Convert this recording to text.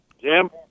Jim